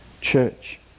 church